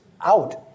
out